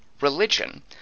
religion